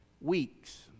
Weeks